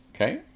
Okay